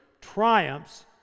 triumphs